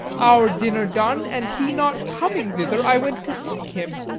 our dinner done, and he not coming thither, i went to seek him.